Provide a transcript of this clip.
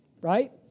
right